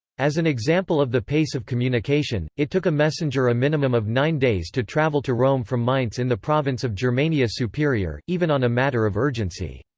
as an example of the pace of communication, it took a messenger a minimum of nine days to travel to rome from mainz in the province of germania superior, even on a matter of urgency.